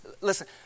listen